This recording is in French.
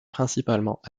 principalement